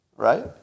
right